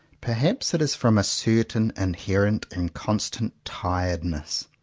perhaps it is from a certain inherent and constant tired ness,